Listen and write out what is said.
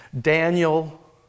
Daniel